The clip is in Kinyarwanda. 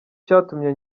cyatumye